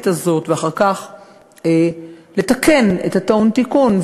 הזאת ואחר כך לתקן את הטעון תיקון.